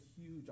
huge